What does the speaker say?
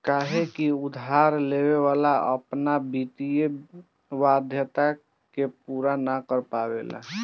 काहे से की उधार लेवे वाला अपना वित्तीय वाध्यता के पूरा ना कर पावेला